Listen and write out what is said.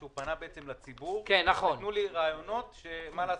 שהוא פנה בעצם לציבור: תנו לי רעיונות מה לעשות,